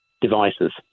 devices